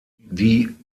die